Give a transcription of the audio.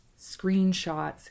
screenshots